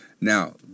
Now